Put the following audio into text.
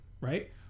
right